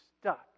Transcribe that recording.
stuck